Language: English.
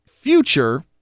future